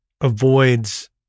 avoids